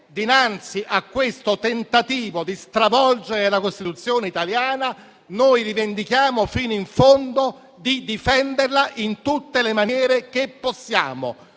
dinanzi a questo tentativo di stravolgere la Costituzione italiana, noi rivendichiamo fino in fondo il diritto di difenderla in tutte le maniere che possiamo,